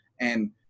And-